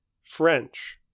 French